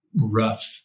rough